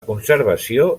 conservació